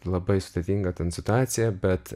labai sudėtinga ten situacija bet